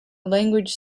language